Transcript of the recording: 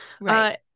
Right